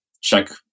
check